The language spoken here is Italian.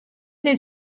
dei